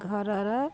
ଘରର